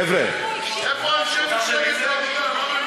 חבר'ה, איפה אנשי מפלגת העבודה?